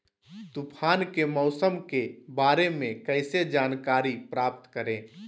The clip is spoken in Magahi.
तूफान के मौसम के बारे में कैसे जानकारी प्राप्त करें?